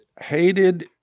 hated